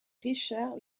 richard